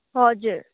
हजुर